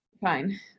Fine